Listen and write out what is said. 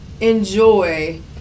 enjoy